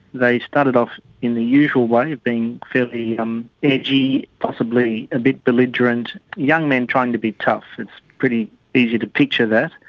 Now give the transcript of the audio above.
they started off in the usual way, being fairly um edgy, possibly a bit belligerent, young men trying to be tough. it's pretty easy to picture that.